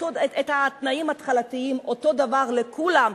את התנאים ההתחלתיים אותו דבר לכולם,